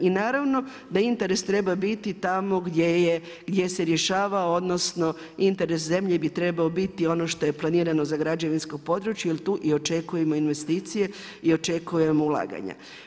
I naravno, da interes treba biti tamo gdje se rješava odnosno interes zemlje bi trebao biti ono što je planirano za građevinsko područje jer tu i očekujemo investicije i očekujemo ulaganja.